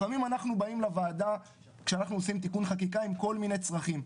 לפעמים אנחנו באים לוועדה כשאנחנו עושים תיקון חקיקה עם כל מיני צרכים,